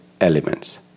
elements